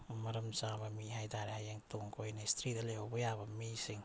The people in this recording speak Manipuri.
ꯃꯔꯝ ꯆꯥꯕ ꯃꯤ ꯍꯥꯏꯇꯥꯔꯦ ꯍꯌꯦꯡ ꯇꯨꯡꯀꯣꯏꯅ ꯍꯤꯁꯇ꯭ꯔꯤꯗ ꯂꯩꯍꯧꯕ ꯌꯥꯕ ꯃꯤꯁꯤꯡ